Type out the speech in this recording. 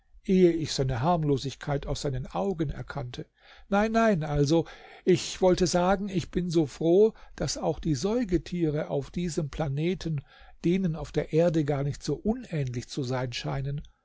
ich seine harmlosigkeit aus seinen augen erkannte nein nein also ich wollte sagen ich bin so froh daß auch die säugetiere auf diesem planeten denen auf der erde gar nicht so unähnlich zu sein scheinen